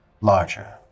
larger